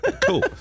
Cool